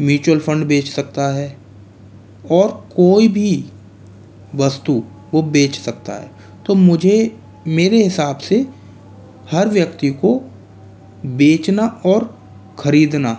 mutual fund बेच सकता है और कोई भी वस्तु वो बेच सकता है तो मुझे मेरे हिसाब से हर व्यक्ति को बेचना और खरीदना